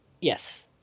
Yes